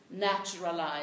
naturalized